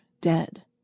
dead